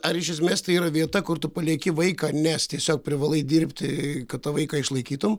ar iš esmės tai yra vieta kur tu palieki vaiką nes tiesiog privalai dirbti kad tą vaiką išlaikytum